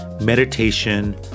meditation